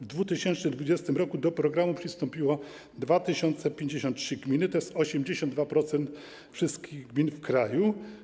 W 2020 r. do programu przystąpiły 2053 gminy, tj. 82% wszystkich gmin w kraju.